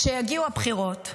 כשיגיעו הבחירות,